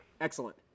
Excellent